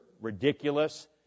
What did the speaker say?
ridiculous